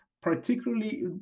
particularly